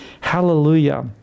Hallelujah